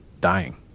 dying